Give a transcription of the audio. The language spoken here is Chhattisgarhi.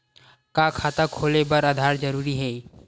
का खाता खोले बर आधार जरूरी हे?